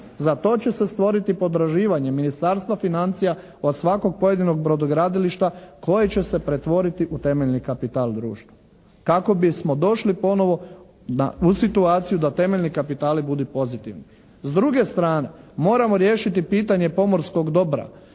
Za to će se stvoriti potraživanje Ministarstva financija od svakog pojedinog brodogradilišta koje će se pretvoriti u temeljni kapital društva, kako bismo došli ponovo u situaciju da temeljni kapitali budu pozitivni. S druge strane moramo riješiti i pitanje pomorskog dobra